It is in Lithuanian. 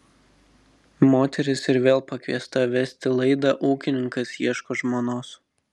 moteris ir vėl pakviesta vesti laidą ūkininkas ieško žmonos